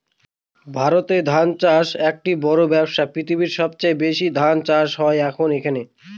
ভারতে ধান চাষ একটি বড়ো ব্যবসা, পৃথিবীর সবচেয়ে বেশি ধান চাষ এখানে হয়